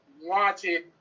wanted